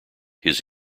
his